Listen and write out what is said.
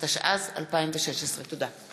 התשע"ז 2016. תודה.